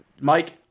Mike